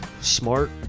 smart